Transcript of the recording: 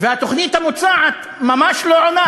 והתוכנית המוצעת ממש לא עונה